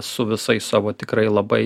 su visais savo tikrai labai